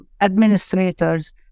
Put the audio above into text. administrators